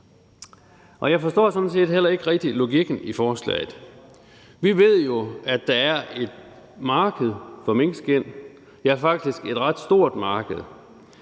set heller ikke rigtig logikken i forslaget. Vi ved jo, at der er et marked for minkskind, ja, faktisk et ret stort marked.